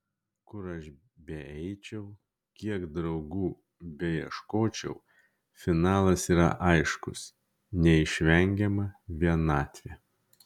kur aš beeičiau kiek draugų beieškočiau finalas yra aiškus neišvengiama vienatvė